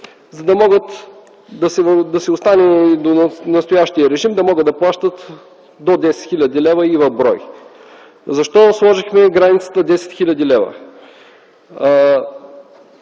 да може да си остане настоящия режим, да могат да плащат до 10 хил. лв. и в брой. Защо сложихме границата 10 хил. лв.?